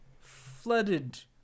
flooded